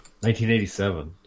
1987